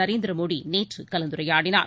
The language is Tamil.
நரேந்திர மோடி நேற்று கலந்துரையாடினார்